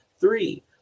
three